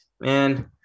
man